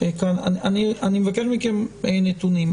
אני מבקש מכם נתונים.